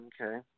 okay